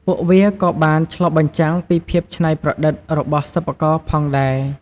ពួកវាក៏បានឆ្លុះបញ្ចាំងពីភាពច្នៃប្រឌិតរបស់សិប្បករផងដែរ។